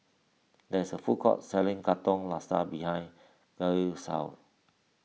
there is a food court selling Katong Laksa behind Gail's house